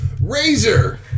Razor